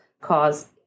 cause